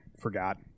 forgot